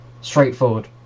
straightforward